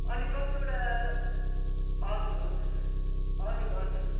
अनि कतिवटा हजुर हजुर हजुर हजुर